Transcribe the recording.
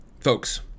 Folks